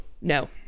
No